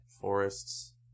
forests